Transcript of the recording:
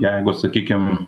jeigu sakykim